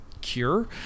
cure